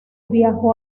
viajó